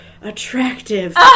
attractive